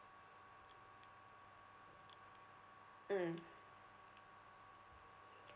mm